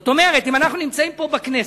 זאת אומרת, אם אנחנו נמצאים פה בכנסת,